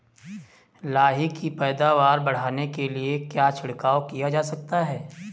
लाही की पैदावार बढ़ाने के लिए क्या छिड़काव किया जा सकता है?